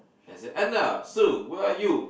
and say Anna Sue where are you